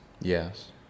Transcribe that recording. Yes